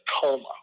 coma